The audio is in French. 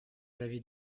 l’avis